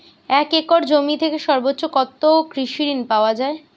এক একর জমি থেকে সর্বোচ্চ কত কৃষিঋণ পাওয়া য়ায়?